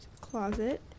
Closet